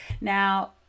now